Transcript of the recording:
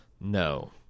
No